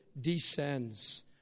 descends